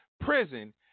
prison